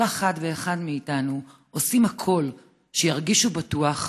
אחד ואחת מאיתנו עושים הכול כדי שירגישו בטוח,